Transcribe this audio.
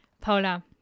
Paula